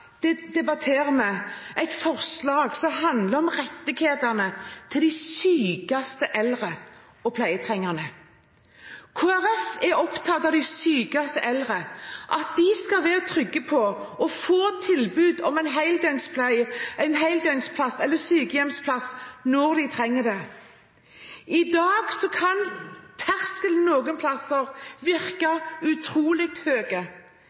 dag debatterer vi forslag som handler om rettighetene til de sykeste eldre og pleietrengende. Kristelig Folkeparti er opptatt av at de sykeste eldre skal være trygge på å få tilbud om heldøgns plass eller sykehjemsplass når de trenger det. I dag kan terskelen noen